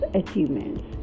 achievements